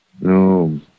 No